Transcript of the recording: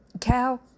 cow